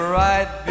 right